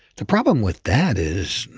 the problem with that is,